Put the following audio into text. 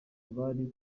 bari